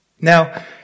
Now